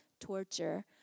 torture